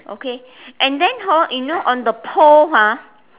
okay and then hor you know on the pole ah